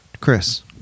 Chris